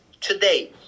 today